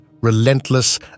relentless